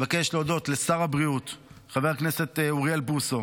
אני מבקש להודות לשר הבריאות חבר הכנסת אוריאל בוסו,